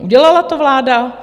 Udělala to vláda?